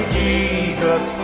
jesus